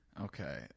Okay